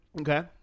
Okay